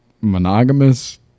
monogamous